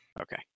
Okay